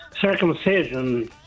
Circumcision